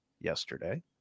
yesterday